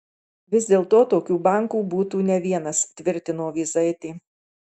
vis dėlto tokių bankų būtų ne vienas tvirtino vyzaitė